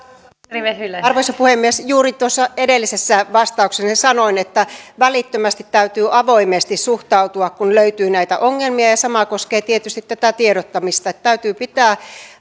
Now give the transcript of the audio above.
arvoisa puhemies juuri tuossa edellisessä vastauksessani sanoin että välittömästi täytyy avoimesti suhtautua kun löytyy näitä ongelmia sama koskee tietysti tiedottamista että täytyy pitää